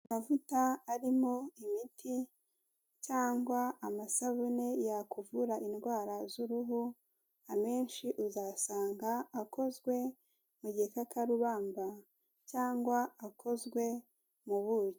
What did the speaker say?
Amavuta arimo imiti cyangwa amasabune yakuvura indwara z'uruhu, amenshi uzasanga akozwe mu gikarubamba cyangwa akozwe mu buki.